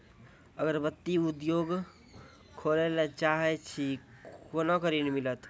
अगरबत्ती उद्योग खोले ला चाहे छी कोना के ऋण मिलत?